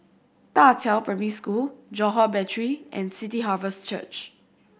Da Qiao Primary School Johore Battery and City Harvest Church